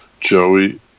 Joey